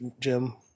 Jim